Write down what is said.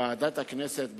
ועדת הכנסת,